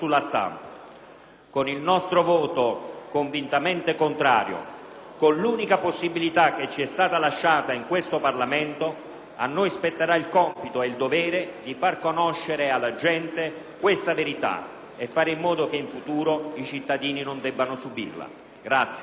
Con il nostro voto convintamene contrario, con l'unica possibilità che ci è stata lasciata in questo Parlamento, a noi spetterà il compito e il dovere di far conoscere alla gente questa verità e fare in modo che, in futuro, i cittadini non debbano subirla.